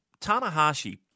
Tanahashi